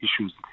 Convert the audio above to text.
issues